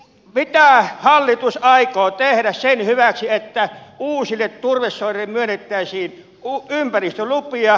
mitä hallitus aikoo tehdä sen hyväksi että uusille turvesoille myönnettäisiin ympäristölupia